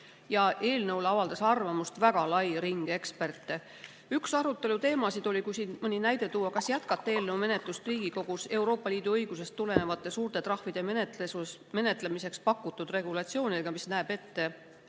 Eelnõu kohta avaldas arvamust väga lai ring eksperte. Üks aruteluteemasid oli, kui mõni näide tuua, kas jätkata eelnõu menetlust Riigikogus Euroopa Liidu õigusest tulenevate suurte trahvide menetlemiseks pakutud regulatsiooniga, mis näeb ette